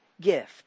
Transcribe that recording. gift